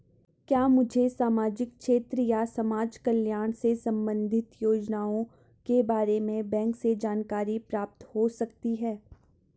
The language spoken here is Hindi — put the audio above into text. क्या मुझे सामाजिक क्षेत्र या समाजकल्याण से संबंधित योजनाओं के बारे में बैंक से जानकारी प्राप्त हो सकती है?